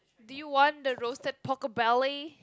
do you want the roasted pork belly